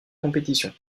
compétition